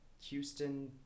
Houston